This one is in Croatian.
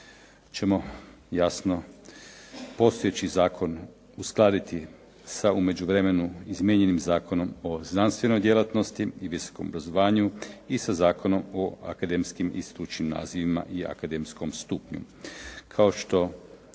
ćemo jasno postojeći zakon uskladiti sa u međuvremenu izmijenjenim Zakonom o znanstvenoj djelatnosti i visokom obrazovanju i sa Zakonom o akademskim i stručnim nazivima i akademskom stupnju.